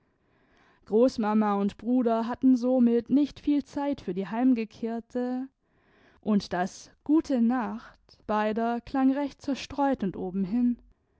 großmama und bruder hatten somit nicht viel zeit für die heimgekehrte und das gutenacht beider klang recht zerstreut und obenhin